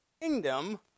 kingdom